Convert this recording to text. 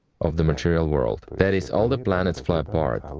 of the material world. that is, all the planets fly apart,